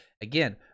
again